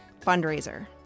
fundraiser